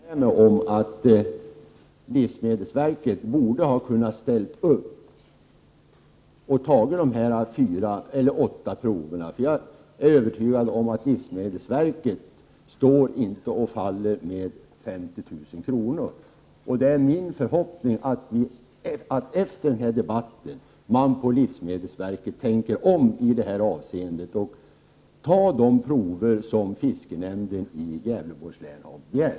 Herr talman! Jag hoppas ändå att jordbruksministern håller med mig om att livsmedelsverket borde ha kunnat ställa upp och ta dessa åtta prover. Jag är övertygad om att livsmedelsverket inte står och faller med 50 000 kr. Det är min förhoppning att man på livsmedelsverket efter denna debatt tänker om i detta avseende och tar de prover som fiskenämnden i Gävleborgs län har begärt.